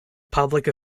public